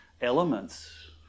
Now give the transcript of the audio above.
elements